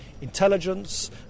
intelligence